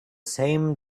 same